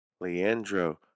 Leandro